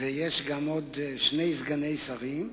ויש גם עוד שני סגני שרים,